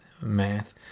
Math